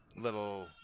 little